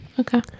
okay